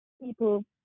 People